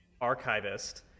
archivist